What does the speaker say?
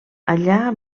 allà